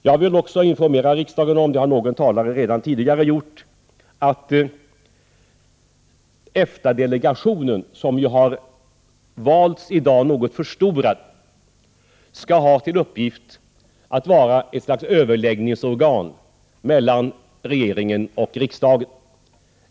Jag vill, liksom någon tidigare talare redan har gjort, informera riksdagen om att EFTA-delegationen, som i dag har tillsats något förstorad, skall ha till uppgift att vara ett slags överläggningsorgan mellan regeringen och riksdagen.